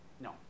No